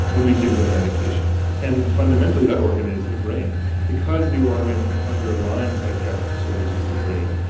when we give them medications? and fundamentally that organ is the brain. because the organ underlying psychiatric disorders is the brain,